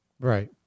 Right